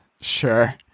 Sure